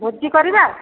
ଭୋଜି କରିବା